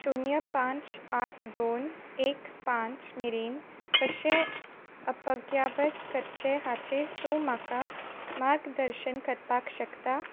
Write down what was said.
शुन्य पांच आठ दोन एक पांच मेरेन कशे अपग्यावत करचें हाचेर तूं म्हाका मार्गदर्शन करपाक शकता